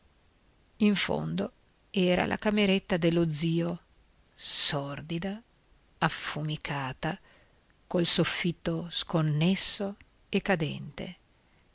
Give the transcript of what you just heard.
in fondo era la cameretta dello zio sordida affumicata col soffitto sconnesso e cadente